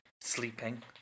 sleeping